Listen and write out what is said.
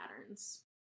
patterns